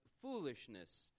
foolishness